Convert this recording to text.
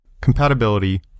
Compatibility